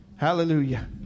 Hallelujah